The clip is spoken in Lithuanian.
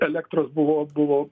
elektros buvo buvo